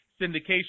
syndication